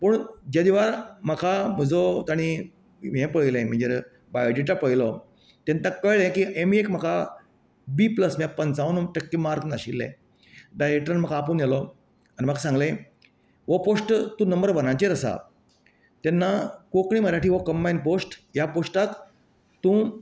पूण जे जे वेळार म्हाका म्हजो तांणी हे पळयलें मागीर बायोडेटा पळयलो तेन्ना तांकां कळ्ळें की एम एक म्हाका बी प्लस म्हळ्यार पंच्चावन टक्के मार्क नाशिल्ले डायरेक्टरान म्हाका आपोवन व्हेलो आनी म्हाका सांगले हो पॉस्ट तूं नंबर वनाचेर आसा तेन्ना कोंकणी मराठी हो कंबायन पॉस्ट ह्या पॉस्टाक तूं